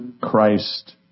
Christ